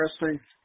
interesting